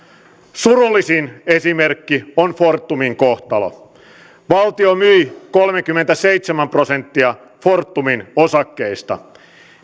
surullisin esimerkki on fortumin kohtalo valtio myi kolmekymmentäseitsemän prosenttia fortumin osakkeista